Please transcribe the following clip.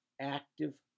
active